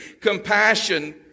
compassion